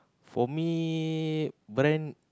for me brand